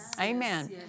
Amen